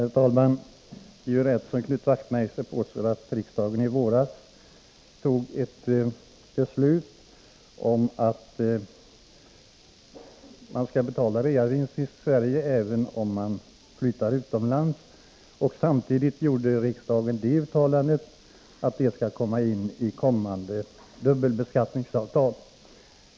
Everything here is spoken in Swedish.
Herr talman! Det är rätt som Knut Wachtmeister påstår, att riksdagen i våras fattade beslut om att man skall betala reavinst i Sverige även om man flyttar utomlands. Samtidigt uttalade riksdagen att denna regel skall införas i kommande dubbelbeskattningsavtal.